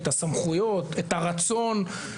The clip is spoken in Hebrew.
את הסמכויות ואת הרצון.